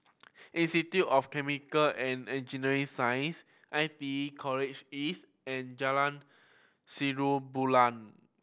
Institute of Chemical and Engineering Sciences I T E College East and Jalan Bulan